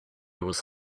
was